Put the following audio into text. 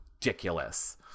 ridiculous